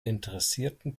interessierten